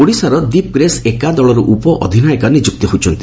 ଓଡ଼ିଶାର ଦୀପଗ୍ରେସ ଏକ୍କା ଦଳର ଉପଅଧିନାୟିକା ନିଯୁକ୍ତ ହୋଇଛନ୍ତି